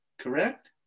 correct